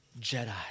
Jedi